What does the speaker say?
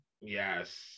Yes